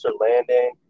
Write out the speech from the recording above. landing